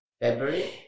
February